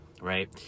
right